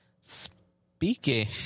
Speaking